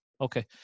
Okay